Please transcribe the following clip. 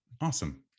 Awesome